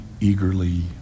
eagerly